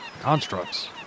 constructs